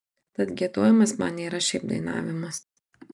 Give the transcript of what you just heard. tad giedojimas man nėra šiaip dainavimas